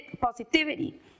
positivity